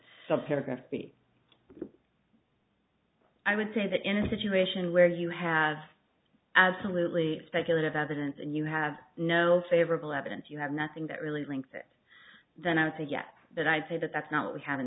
b i would say that in a situation where you have absolutely speculative evidence and you have no favorable evidence you have nothing that really links it then i would say yet that i'd say that that's not what we have in